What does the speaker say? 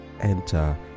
enter